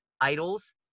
idols